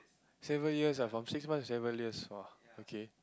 seven years ah from six months to seven years !wah! okay